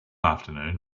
afternoon